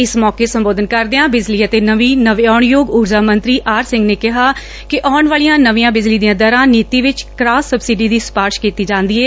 ਇਸ ਮੌਕੇ ਸੰਬੋਧਨ ਕਰਦਿਆਂ ਬਿਜਲੀ ਅਤੇ ਨਵੀਂ ਨਵਿਆਉਣਯੋਗ ਊਰਜਾ ਮੰਤਰੀ ਆਰ ਸਿੰਘ ਨੇ ਕਿਹਾ ਕਿ ਆਉਣ ਵਾਲੀਆਂ ਨਵੀਆਂ ਬਿਜਲੀ ਦੀਆਂ ਦਰਾਂ ਦੀ ਨੀਤੀ ਵਿਚ ਕਰਾਸ ਸਬਸਿਡੀ ਦੀ ਸਿਫ਼ਾਰਸ਼ ਕੀਤੀ ਜਾਂਦੀ ਏ